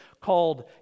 called